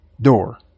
door